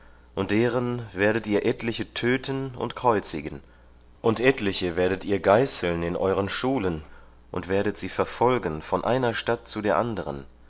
und deren werdet ihr etliche töten und kreuzigen und etliche werdet ihr geißeln in ihren schulen und werdet sie verfolgen von einer stadt zu der anderen